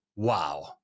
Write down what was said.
Wow